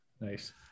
Nice